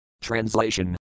Translation